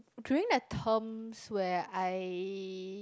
during the terms where I